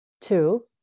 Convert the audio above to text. Two